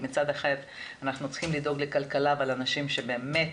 כי מצד אחד אנחנו צריכים לדאוג לכלכלה ולאנשים שבאמת